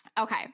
okay